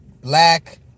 black